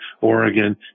Oregon